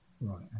Right